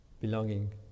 belonging